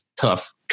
tough